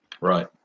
Right